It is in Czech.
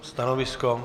Stanovisko?